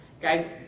Guys